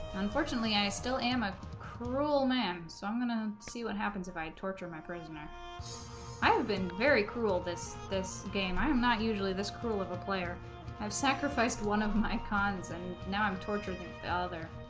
unfortunately i still am a cruel man so i'm gonna see what happens if i'd torture my prisoner i have been very cruel this this game i'm not usually this cruel of a player i've sacrificed one of my cons and now i'm tortured than the other